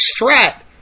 Strat